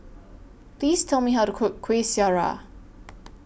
Please Tell Me How to Cook Kuih Syara